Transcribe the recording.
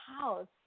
house